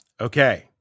Okay